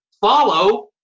follow